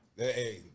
hey